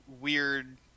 weird